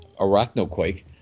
Arachnoquake